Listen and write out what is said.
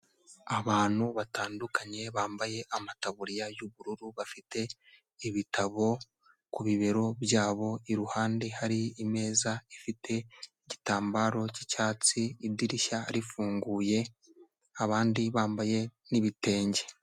Abantu batandukanye bambaye amataburiya y'ubururu, bafite ibitabo ku bibero byabo, iruhande hari imeza ifite igitambaro cy'icyatsi, idirishya rifunguye, abandi bambaye n'ibitenge.